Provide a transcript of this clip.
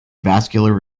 vascular